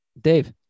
Dave